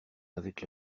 avec